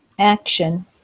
action